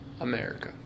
America